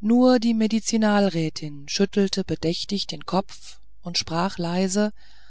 nur die medizinalrätin schüttelte bedächtig den kopf und sprach leise